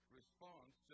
response